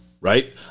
right